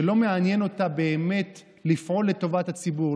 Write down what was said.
שלא מעניין אותה לפעול באמת לטובת הציבור,